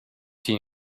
tea